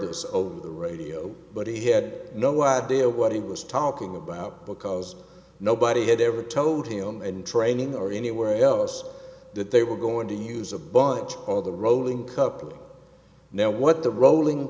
this over the radio but he had no idea what he was talking about because nobody had ever told him in training or anywhere else that they were going to use a bunch of the rolling cup now what the rolling